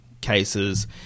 cases